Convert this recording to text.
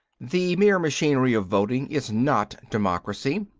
the mere machinery of voting is not democracy,